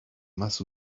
más